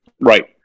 right